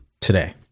today